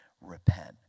repent